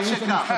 טוב שכך.